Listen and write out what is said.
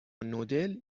نودل